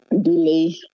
delay